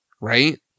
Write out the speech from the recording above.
right